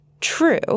true